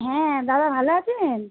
হ্যাঁ দাদা ভালো আছেন